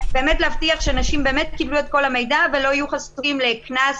להבטיח שאנשים באמת קיבלו את כל המידע ולא יהיו חשופים לקנס